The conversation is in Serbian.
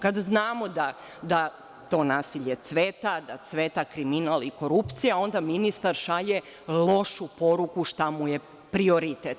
Kad znamo da to nasilje cveta, da cveta kriminal i korupcija, onda ministar šalje lošu poruku šta mu je prioritet.